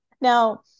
Now